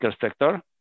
sector